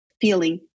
feeling